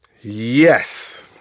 Yes